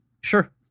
sure